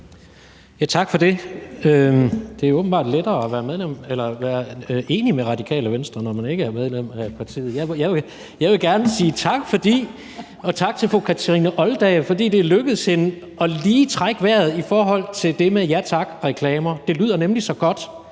Tak for det. Det er åbenbart lettere at være enig med Radikale Venstre, når man ikke er medlem af partiet. Jeg vil gerne sige tak og tak til fru Kathrine Olldag, fordi det er lykkedes hende lige at trække vejret i forhold til det med ja tak-reklamer, det lyder nemlig så godt.